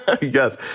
Yes